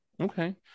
Okay